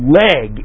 leg